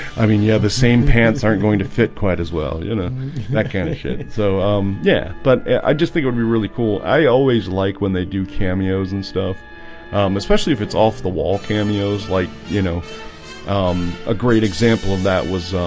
i mean yeah the same pants aren't going to fit quite as well you know that kind of shit, so um yeah, but i just think it would be really cool i always like when they do cameos and stuff especially if it's off-the-wall cameos like you know um a great example of that was